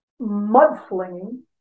mudslinging